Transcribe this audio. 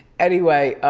anyway,